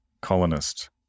colonist